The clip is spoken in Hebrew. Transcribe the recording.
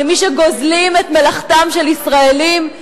כמי שגוזלים את מלאכתם של ישראלים?